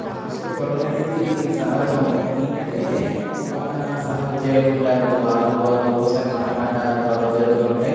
ఆఫీసులో గొడవలు అనేది సహజం ఏంటంటే పక్కన సహోద్యాయులు ఉంటారు వాళ్ళు వాళ్ళు మాట మాట గొడవ జరుగుతూ ఉంటాయ్